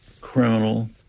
criminal